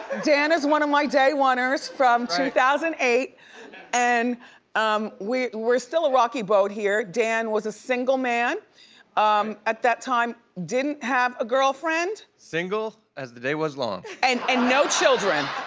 dan is one of my day one-ers from two thousand and eight and um we're we're still a rocky boat here. dan was a single man um at that time. didn't have a girlfriend. single as the day was long. and and no children.